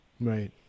Right